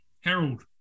Harold